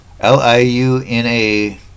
LIUNA